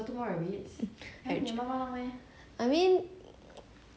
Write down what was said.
I mean 都养过一只了 [what] so like are asked to what's two more you know